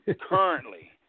currently